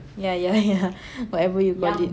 ya ya ya whatever you call it